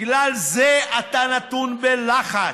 בגלל זה אתה נתון בלחץ.